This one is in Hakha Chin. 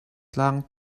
tlang